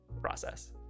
process